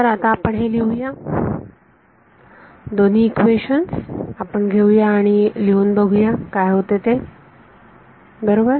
तर आता हे आपण लिहूया आता दोन्ही इक्वेशन्स आपण घेऊ या आणि लिहून बघूया काय होते ते बरोबर